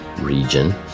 region